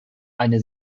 eine